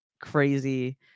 crazy